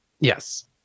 Yes